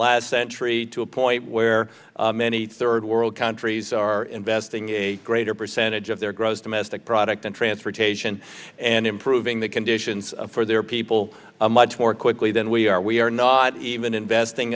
last century to a point where many third world countries are investing a greater percentage of their gross domestic product and transportation and improving the conditions for their people a much more then we are we are not even investing